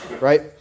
right